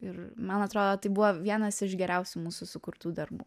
ir man atrodo tai buvo vienas iš geriausių mūsų sukurtų darbų